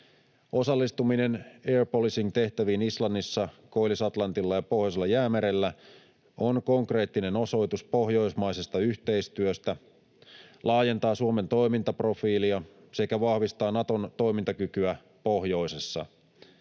Osallistuminen air policing -tehtäviin Islannissa, Koillis-Atlantilla ja Pohjoisella jäämerellä on konkreettinen osoitus pohjoismaisesta yhteistyöstä laajentaa Suomen toimintaprofiilia sekä vahvistaa Naton toimintakykyä pohjoisessa.